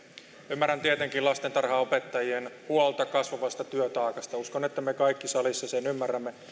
ymmärrän tietenkin lastentarhanopettajien huolen kasvavasta työtaakasta uskon että me kaikki salissa sen ymmärrämme